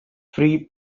free